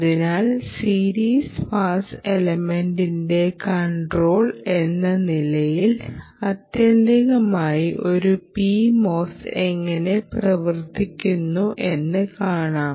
അതിനാൽ series pass element control എന്ന നിലയിൽ ആത്യന്തികമായി ഒരു PMOS എങ്ങനെ പ്രവർത്തിക്കുന്നു എന്ന് കാണാം